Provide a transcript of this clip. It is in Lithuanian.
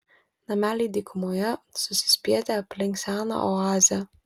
nameliai dykumoje susispietę aplink seną oazę